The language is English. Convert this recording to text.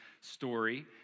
story